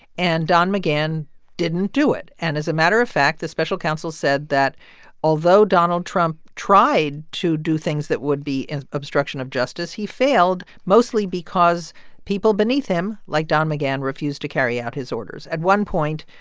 and don mcgahn didn't do it. and as a matter of fact, the special counsel said that although donald trump tried to do things that would be obstruction of justice, he failed, mostly because people beneath him, like don mcgahn, refused to carry out his orders. at one point,